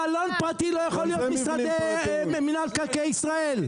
מלון פרטי לא יכול להיות משרדי מינהל מקרקעי ישראל.